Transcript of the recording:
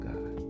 God